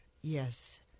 yes